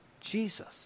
Jesus